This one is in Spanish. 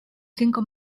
cinco